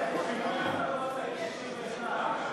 אני קובע כי הצעת חוק למניעת הסתננות ולהבטחת